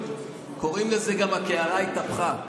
קוראים לזה גם "הקערה התהפכה".